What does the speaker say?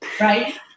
right